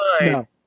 No